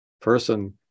person